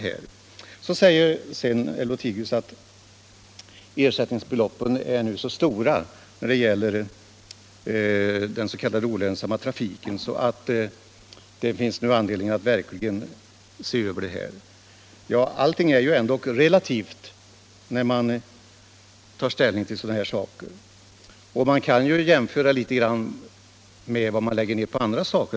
Herr Lothigius säger vidare att ersättningsbeloppen för den s.k. olönsamma trafiken är så stora att det nu finns anledning att se över detta. Allting är ändå relativt, och man kan göra jämförelser med vad man anslår för andra ändamål.